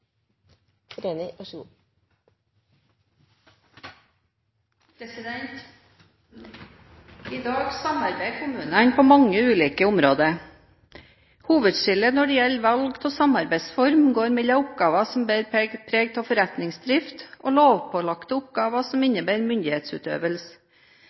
I dag samarbeider kommunene på mange ulike områder. Hovedskillet når det gjelder valg av samarbeidsform, går mellom oppgaver som bærer preg av forretningsdrift, og lovpålagte oppgaver som